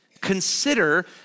consider